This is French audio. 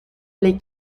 les